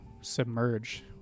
submerge